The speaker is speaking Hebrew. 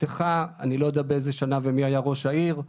שנפתחה אני לא יודע באיזו שנה ומי היה ראש העיר.